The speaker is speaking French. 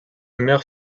mère